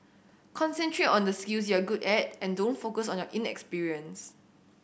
concentrate on the skills you're good at and don't focus on your inexperience